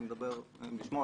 אני מדבר בשמו,